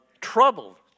trouble